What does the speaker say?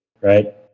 right